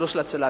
לא של הצלה,